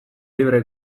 libre